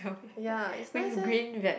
ya it's nice eh